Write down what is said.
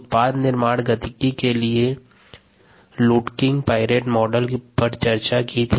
उत्पाद निर्माण गतिकी के लिए लुड्किंग पाइरेट मॉडल पर चर्चा की थी